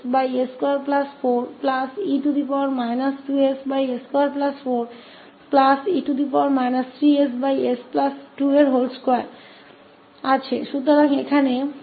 तो यहाँ फिर से क्योंकि यह e s या e 2s या e 3s गुणन में प्रकट होता है इसलिए हम इस पहले मामले में लाप्लास को इनवर्स पाएंगे 1s24